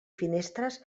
finestres